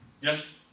Yes